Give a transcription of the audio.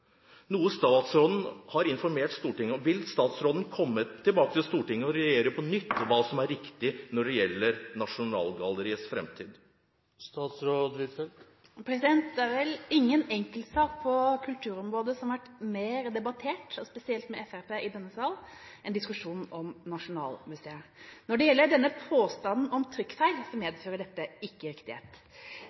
noe statsråden har informert Stortinget om. Vil statsråden komme tilbake til Stortinget og redegjøre på nytt om hva som er riktig når det gjelder Nasjonalgalleriets framtid? Det er vel ingen enkeltsak på kulturområdet som har vært mer debattert – og spesielt med Fremskrittspartiet i denne salen – enn Nasjonalmuseet. Når det gjelder denne påstanden om trykkfeil, medfører dette ikke riktighet.